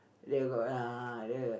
they got uh the